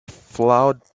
flowed